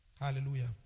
Hallelujah